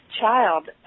Child